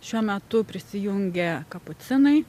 šiuo metu prisijungė kapucinai